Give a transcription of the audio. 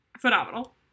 Phenomenal